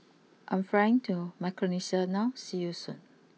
I am flying to Micronesia now see you Soon